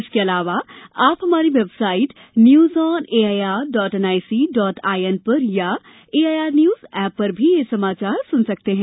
इसके अलावा आप हमारी website news on A I R dot N I C dot I N पर अथवा A I R news app पर भी समाचार सुन सकते हैं